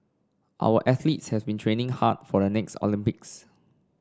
our athletes have been training hard for the next Olympics